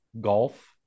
golf